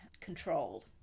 controlled